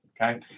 Okay